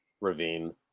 Ravine